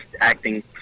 acting